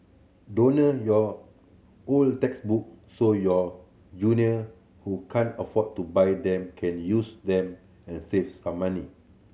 your old textbook so your junior who can't afford to buy them can use them and save some money